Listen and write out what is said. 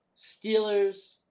Steelers